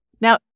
Now